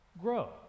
grow